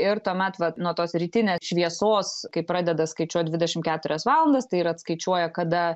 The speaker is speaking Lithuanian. ir tuomet vat nuo tos rytinės šviesos kai pradeda skaičiuot dvidešimt keturias valandas tai ir atskaičiuoja kada